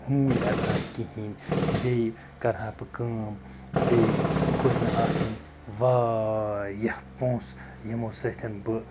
ہوٗنۍ اَژِ ہان کِہیٖنۍ بیٚیہِ کَرٕ ہا بہٕ کٲم بیٚیہِ گوٚژھ مےٚ آسٕنۍ واریاہ پونٛسہٕ یِمو سۭتۍ بہٕ